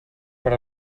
per